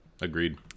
agreed